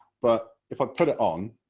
but if i put it on,